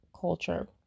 culture